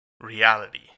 reality